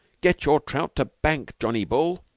get your trout to bank, johnny bull!